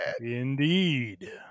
Indeed